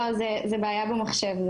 זו בעיה במחשב.